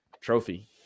trophy